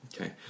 Okay